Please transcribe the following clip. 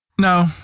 No